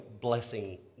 blessing